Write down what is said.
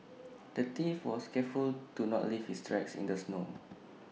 the thief was careful to not leave his tracks in the snow